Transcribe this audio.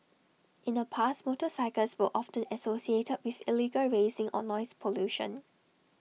in the past motorcycles were offend associated with illegal racing or noise pollution